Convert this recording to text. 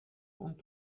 und